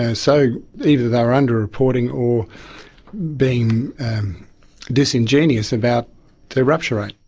ah so either they were underreporting or being disingenuous about their rupture rate.